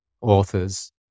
authors